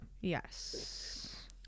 Yes